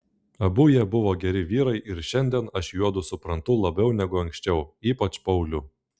abu jie buvo geri vyrai ir šiandien aš juodu suprantu labiau negu anksčiau ypač paulių